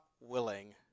willing